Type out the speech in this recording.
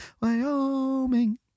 Wyoming